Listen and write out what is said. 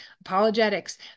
apologetics